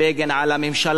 על הממשל הצבאי,